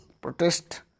protest